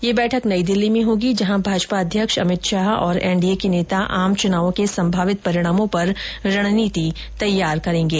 यह बैठक नई दिल्ली में होगी जहां भाजपा अध्यक्ष अमित शाह और एनडीए के नेता आम चुनावों के संभावित परिणामों पर रणनीति तैयार करेंगे